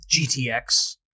GTX